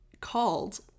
called